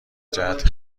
جهت